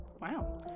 Wow